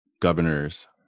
governors